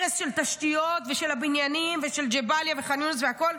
הרס של תשתיות ושל הבניינים ושל ג'באליה וח'אן יונס והכול,